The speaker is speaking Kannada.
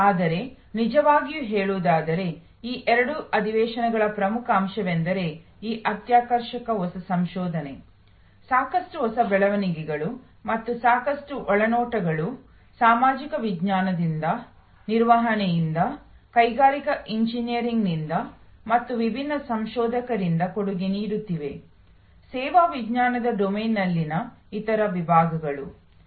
ಆದರೆ ನಿಜವಾಗಿಯೂ ಹೇಳುವುದಾದರೆ ಈ ಎರಡು ಅಧಿವೇಶನಗಳ ಪ್ರಮುಖ ಅಂಶವೆಂದರೆ ಈ ಅತ್ಯಾಕರ್ಷಕ ಹೊಸ ಸಂಶೋಧನೆ ಸಾಕಷ್ಟು ಹೊಸ ಬೆಳವಣಿಗೆಗಳು ಮತ್ತು ಸಾಕಷ್ಟು ಒಳನೋಟಗಳು ಸಾಮಾಜಿಕ ವಿಜ್ಞಾನದಿಂದ ನಿರ್ವಹಣೆಯಿಂದ ಕೈಗಾರಿಕಾ ಎಂಜಿನಿಯರಿಂಗ್ನಿಂದ ಮತ್ತು ವಿಭಿನ್ನ ಸಂಶೋಧಕರಿಂದ ಕೊಡುಗೆ ನೀಡುತ್ತಿವೆ ಸೇವಾ ವಿಜ್ಞಾನದ ಡೊಮೇನ್ನಲ್ಲಿನ ಇತರ ವಿಭಾಗಗಳು